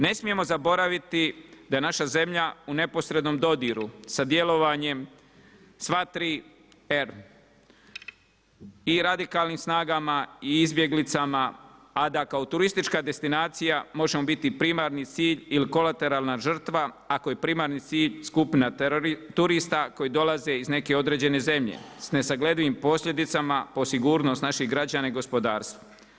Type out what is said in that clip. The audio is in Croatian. Ne smijemo zaboraviti da je naša zemlja u neposrednom dodiru sa djelovanjem sva 3 R i radikalnim snagama i izbjeglicama, a da kao turistička destinacija možemo biti primarni cilj ili kolateralna žrtva, ako je primarni cilj skupina turista koji dolaze iz neke određene zemlje s nesagledivim posljedicama o sigurnost naših građana i gospodarstva.